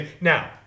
Now